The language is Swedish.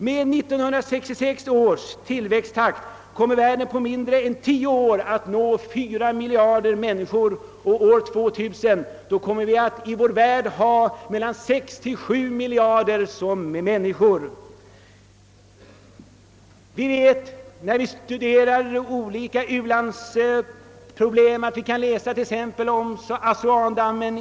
Med 1966 års tillväxttakt kommer världen på mindre än tio år att ha fyra miljarder människor, och år 2000 kommer vi att i vår värld ha mellan sex och sju miljarder människor. Låt oss som ett exempel t.ex. ta Assuan-dammen i Egypten.